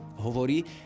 Hovorí